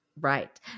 Right